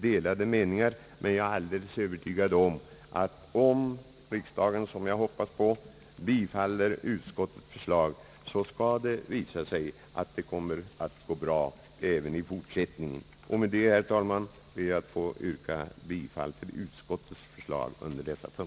delade meningar på denna punkt, men jag är övertygad om att om riksdagen — som jag hoppas — bifaller utskottets förslag, så skall det visa sig att det kommer att gå bra även i fortsättningen. Med dessa ord, herr talman, ber jag att få yrka bifall till utskottets förslag under denna punkt.